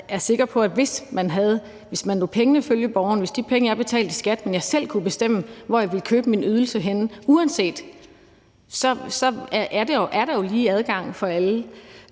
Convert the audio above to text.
jeg er sikker på, at hvis man lod pengene følge borgeren, de penge, jeg betaler i skat, og hvis jeg selv kunne bestemme, hvor jeg ville købe min ydelse henne, er der jo lige adgang for alle.